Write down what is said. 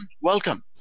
welcome